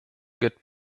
get